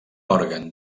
òrgan